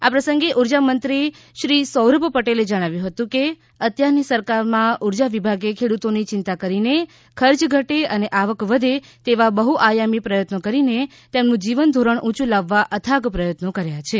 આ પ્રસંગે ઉર્જા મંત્રીશ્રી સૌરભ પટેલે જણાવ્યુ હતુ કે અત્યારની સરકારમાં ઉર્જા વિભાગે ખેડૂતોની ચિંતા કરીને ખર્ચ ઘટે અને આવક વઘે તેવા બહ્આયામી પ્રયત્નો કરીને તેમનું જીવનધોરણ ઉયું લાવવા અથાગ પ્રયત્નો કર્યા છે